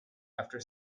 after